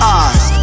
eyes